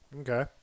Okay